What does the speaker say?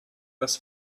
das